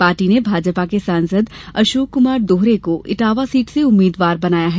party ने भाजपा के सांसद अशोक कुमार दोहरे को इटावा सीट से उम्मीदवार बनाया है